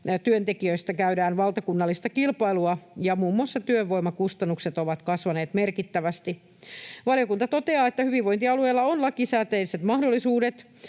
työntekijöistä käydään valtakunnallista kilpailua ja muun muassa työvoimakustannukset ovat kasvaneet merkittävästi. Valiokunta toteaa, että hyvinvointialueilla on lakisääteiset mahdollisuudet